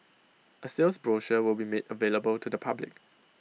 A sales brochure will be made available to the public